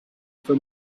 for